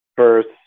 First